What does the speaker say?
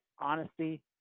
honesty